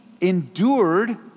endured